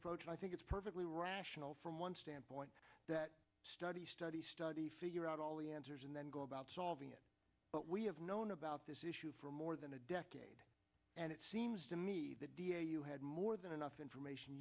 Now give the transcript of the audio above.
approach i think it's perfectly rational from one standpoint that study study study figure out all the answers and then go about solving it but we have known about this issue for more than a decade and it seems to me that da you had more than enough information